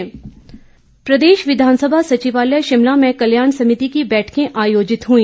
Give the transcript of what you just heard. बैठकें प्रदेश विधानसभा सचिवालय शिमला में कल्याण समिति की बैठकें आयोजित हुई